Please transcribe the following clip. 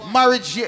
Marriage